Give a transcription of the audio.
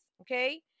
okay